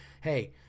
hey